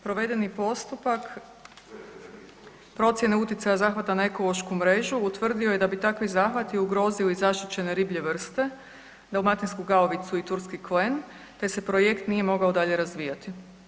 Provedeni postupak procjene utjecaja zahvata na ekološku mrežu utvrdio je da bi takvi zahvati ugrozili zaštićene riblje vrste damaltinsku gaovicu i turski klen te se projekt nije mogao dalje razvijati.